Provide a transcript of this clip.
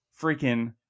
freaking